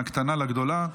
מהקטנה לגדולה.